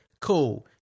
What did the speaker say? Cool